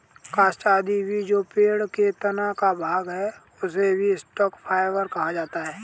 काष्ठ आदि भी जो पेड़ के तना का भाग है, उसे भी स्टॉक फाइवर कहा जाता है